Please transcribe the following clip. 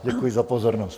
Děkuji za pozornost.